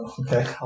Okay